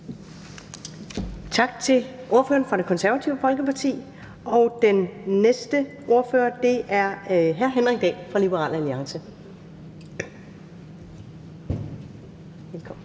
Tak til ordføreren for Det Konservative Folkeparti. Og den næste ordfører er hr. Henrik Dahl fra Liberal Alliance. Velkommen.